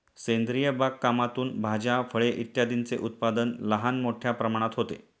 सेंद्रिय बागकामातून भाज्या, फळे इत्यादींचे उत्पादन लहान मोठ्या प्रमाणात होते